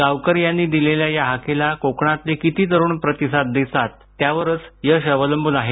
गावकर यांनी दिलेल्या या हाकेला कोकणातले किती तरुण प्रतिसाद देतात त्यावरच यश अवलंबून आहे